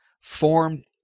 formed